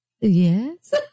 yes